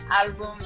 álbum